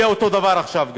יהיה אותו דבר גם עכשיו.